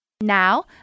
Now